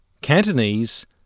Cantonese